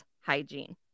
hygiene